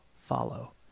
follow